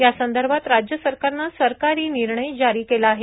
या संदर्भात राज्य सरकारनं सरकारी निर्णय जारी केला आहे